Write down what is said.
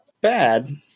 bad